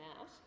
out